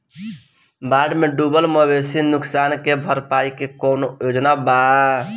बाढ़ में डुबल मवेशी नुकसान के भरपाई के कौनो योजना वा?